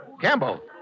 Campbell